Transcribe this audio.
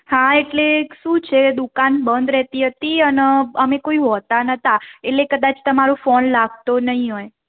હા એટલે શું છે દુકાન બંધ રહેતી હતી અન અમે કોઈ હોતા નહોતા એટલે કદાચ તમારો ફોન લાગતો નહીં હોય